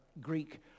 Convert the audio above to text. Greek